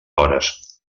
hores